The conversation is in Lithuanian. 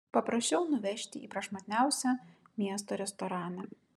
paprašiau nuvežti į prašmatniausią miesto restoraną